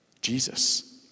Jesus